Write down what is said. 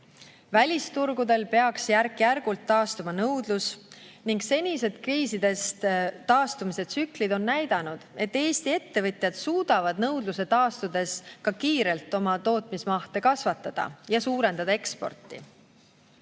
Välisturgudel peaks järk-järgult taastuma nõudlus ning senised kriisidest taastumise tsüklid on näidanud, et Eesti ettevõtjad suudavad nõudluse taastudes ka kiirelt oma tootmismahte kasvatada ja suurendada eksporti.